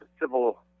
civil